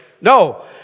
No